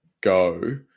Go